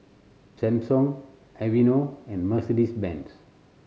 Samsung Aveeno and Mercedes Benz